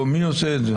מי עושה את זה?